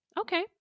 Okay